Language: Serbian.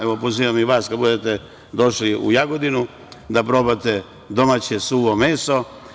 Evo, pozivam i vas kad budete došli u Jagodinu da probate domaće suvo meso.